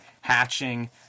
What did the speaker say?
hatching